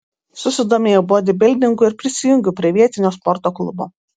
susidomėjau bodybildingu ir prisijungiau prie vietinio sporto klubo